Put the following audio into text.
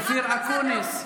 אנחנו נחזיר לכם מנה אחת אפיים.